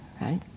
right